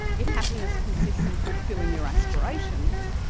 if happiness consists in fulfilling your aspirations,